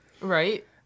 Right